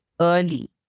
early